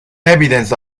evidence